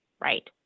Right